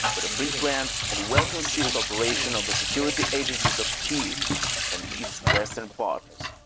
a sort of pre-planned and well-concealed operation of the security agencies of kiev and its western partners.